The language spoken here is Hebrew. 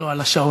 לא, על השעון.